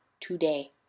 today